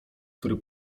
który